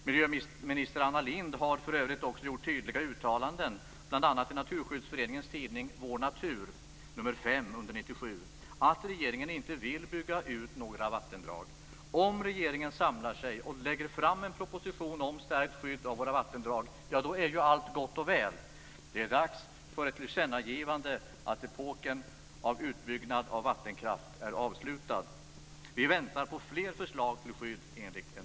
Miljöminister Anna Lindh har för övrigt också gjort tydliga uttalanden, bl.a. i Naturskyddsföreningens tidning Vår Natur nr 5 1997, om att regeringen inte vill bygga ut några vattendrag. Om regeringen samlar sig och lägger fram en proposition om stärkt skydd av våra vattendrag, är allt gott och väl. Det är dags för ett tillkännagivande av att epoken av vattenkraftsutbyggnad är avslutad. Vi väntar på fler förslag till skydd enligt NRL.